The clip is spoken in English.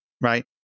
right